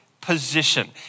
position